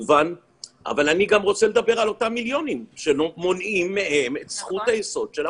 אבל אני רוצה לדבר על המיליונים שמונעים מהם את זכות היסוד.